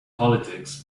politics